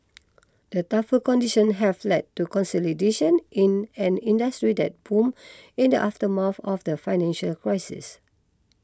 the tougher conditions have led to consolidation in an industry that boomed in the aftermath of the financial crisis